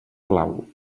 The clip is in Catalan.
clau